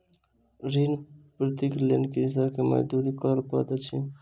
ऋण पूर्तीक लेल कृषक के मजदूरी करअ पड़ैत अछि